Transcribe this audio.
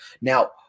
Now